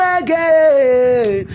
again